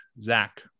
Zach